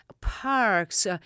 parks